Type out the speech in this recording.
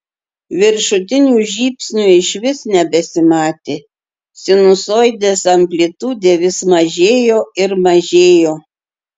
viršutinių žybsnių išvis nebesimatė sinusoidės amplitudė vis mažėjo ir mažėjo